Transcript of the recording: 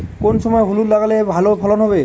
কোন সময় হলুদ লাগালে ভালো ফলন হবে?